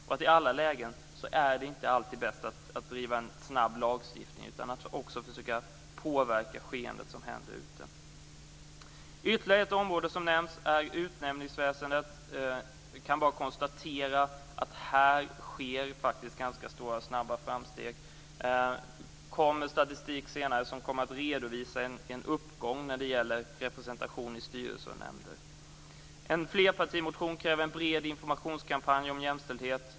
Det är inte alltid bäst att i alla lägen driva fram en snabb lagstiftning, utan man måste också försöka påverka det skeende som händer ute. Ytterligare ett område som nämnts är utnämningsväsendet. Jag kan bara konstatera att här sker ganska stora och snabba framsteg. Senare kommer statistik som redovisar en uppgång när det gäller kvinnors representation i styrelser och nämnder. I en flerpartimotion krävs en bred informationskampanj om jämställdhet.